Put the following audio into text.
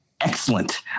Excellent